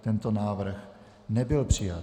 Tento návrh nebyl přijat.